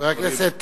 חבר הכנסת